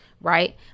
right